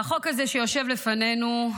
והחוק הזה שיושב לפנינו,